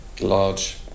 large